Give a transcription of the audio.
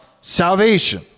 Salvation